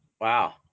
wow